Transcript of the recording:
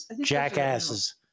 Jackasses